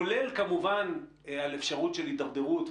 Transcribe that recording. כולל, כמובן, על אפשרות של הדרדרות,